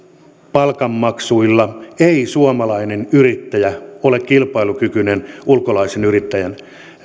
palkanmaksuilla ei suomalainen yrittäjä ole kilpailukykyinen ulkolaisen yrittäjän